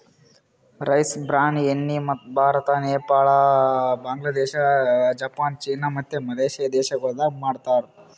rice bran ಎಣ್ಣಿ Bharat, Nepal, Bangladesh, Japan, ಚೀನಾ ಮತ್ತ ಮಲೇಷ್ಯಾ ದೇಶಗೊಳ್ದಾಗ್ ಮಾಡ್ತಾರ್